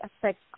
affect